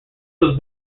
was